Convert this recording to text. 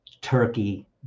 turkey